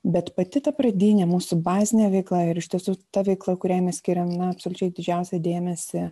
bet pati ta pradinė mūsų bazinė veikla ir iš tiesų ta veikla kuriai mes skiriam absoliučiai didžiausią dėmesį